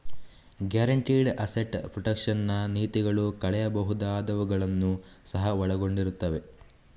guaranteed asset protection ನ ನೀತಿಗಳು ಕಳೆಯಬಹುದಾದವುಗಳನ್ನು ಸಹ ಒಳಗೊಂಡಿರುತ್ತವೆ